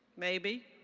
maybe.